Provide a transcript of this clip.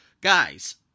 guys